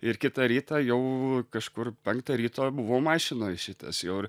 ir kitą rytą jau kažkur penktą ryto buvau mašinoj šitas jau ir